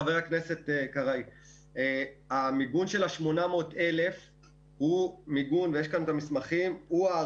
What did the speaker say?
חבר הכנסת קרעי, המיגון של ה-800,000 הוא הערכה